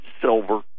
silver